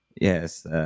Yes